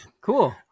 cool